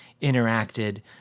interacted